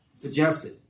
suggested